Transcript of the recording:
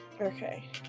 Okay